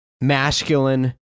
Masculine